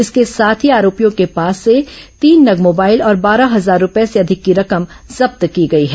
इसके साथ ही आरोपियों के पास से तीन नग मोबाइल और बारह हजार रूपये से अधिक की रकम जब्त की गई है